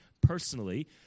personally